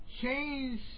change